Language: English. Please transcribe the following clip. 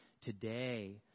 today